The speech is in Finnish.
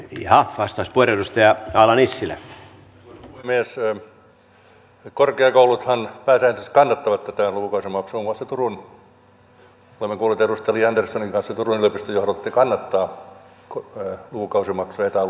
korkeakouluthan pääsääntöisesti kannattavat tätä lukukausimaksua muun muassa turku olemme kuulleet edustaja li anderssonin kanssa turun yliopiston johdolta että he kannattavat lukukausimaksuja eta alueen ulkopuolisille